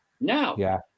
now